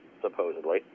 supposedly